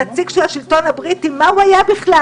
לנציג השלטון הבריטי, מה הוא היה בכלל?